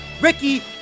Ricky